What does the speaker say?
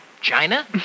China